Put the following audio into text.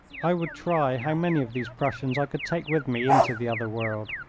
i would try how many of these prussians i could take with me into the other world.